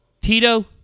Tito